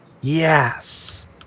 Yes